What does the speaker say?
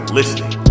listening